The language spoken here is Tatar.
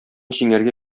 җиңәргә